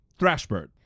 Thrashbird